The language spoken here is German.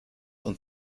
und